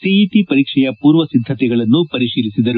CET ಪರೀಕ್ಷೆಯ ಪೂರ್ವ ಸಿದ್ದತೆಗಳನ್ನು ಪರಿತೀಲಿಸಿದರು